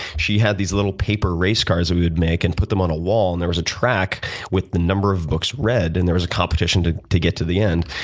she had these little paper racecars we would make and put them on a wall, and there was a track with the number of books read, and there was a competition to to get to the end.